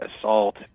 assault